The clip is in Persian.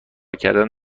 کردن